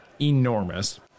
enormous